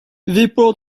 vapor